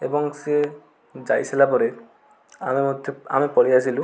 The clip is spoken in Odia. ଏବଂ ସେ ଯାଇ ସାରିଲା ପରେ ଆମେ ମଧ୍ୟ ଆମେ ପଳେଇ ଆସିଲୁ